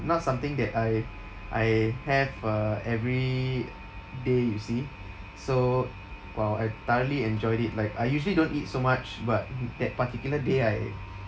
not something that I I have uh every day you see so !wow! I thoroughly enjoyed it like I usually don't eat so much but that particular day I